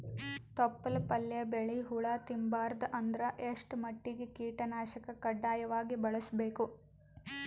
ತೊಪ್ಲ ಪಲ್ಯ ಬೆಳಿ ಹುಳ ತಿಂಬಾರದ ಅಂದ್ರ ಎಷ್ಟ ಮಟ್ಟಿಗ ಕೀಟನಾಶಕ ಕಡ್ಡಾಯವಾಗಿ ಬಳಸಬೇಕು?